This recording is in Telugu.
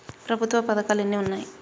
ప్రభుత్వ పథకాలు ఎన్ని ఉన్నాయి?